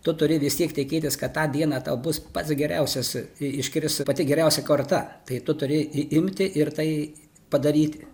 tu turi vis tiek tikėtis kad tą dieną tau bus pats geriausias iškris pati geriausia korta tai tu turi imti ir tai padaryti